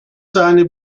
seine